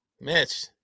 Mitch